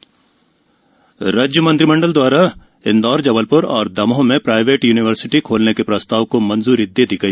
मंत्रिमंडल बैठक राज्य मंत्रिमंडल ने इंदौर जबलप्र और दमोह में प्राइवेट यूनिवर्सिटी खोलने के प्रस्ताव को मंजूरी दे दी गई